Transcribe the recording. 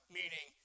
meaning